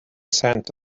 sent